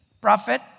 prophet